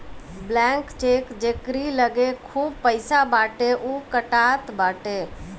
blank cheque जेकरी लगे खूब पईसा बाटे उ कटात बाटे